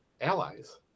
allies